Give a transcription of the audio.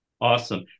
awesome